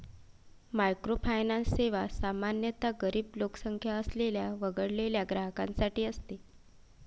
microfinance सेवा सामान्यतः गरीब लोकसंख्या असलेल्या वगळलेल्या ग्राहकांसाठी असते